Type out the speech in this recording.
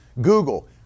Google